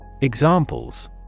Examples